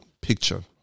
picture